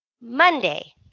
Monday